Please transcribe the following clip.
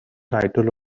title